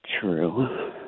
True